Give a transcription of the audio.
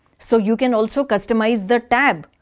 so you can also customize the tab.